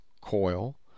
coil